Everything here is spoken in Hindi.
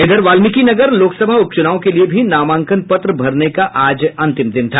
इधर वाल्मीकिनगर लोकसभा उपचुनाव के लिए भी नामांकन पत्र भरने का आज अंतिम दिन था